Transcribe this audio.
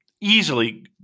easily